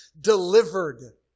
Delivered